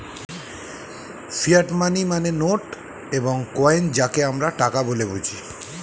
fiat money মানে note এবং coin যাকে আমরা টাকা বলে বুঝি